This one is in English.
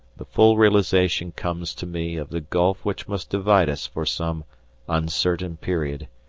the full realization comes to me of the gulf which must divide us for some uncertain period,